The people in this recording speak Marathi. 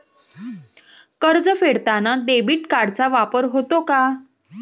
कर्ज फेडताना डेबिट कार्डचा वापर होतो का?